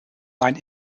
line